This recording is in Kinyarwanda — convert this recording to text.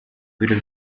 ibiro